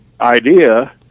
idea